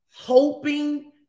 hoping